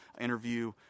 interview